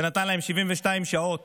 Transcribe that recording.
נתן להם 72 שעות